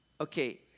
okay